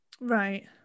Right